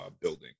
building